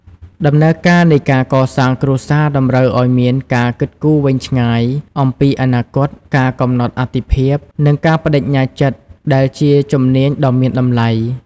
ដំណើរការនៃការកសាងគ្រួសារតម្រូវឱ្យមានការគិតគូរវែងឆ្ងាយអំពីអនាគត ការកំណត់អាទិភាព និងការប្តេជ្ញាចិត្ត ដែលជាជំនាញដ៏មានតម្លៃ។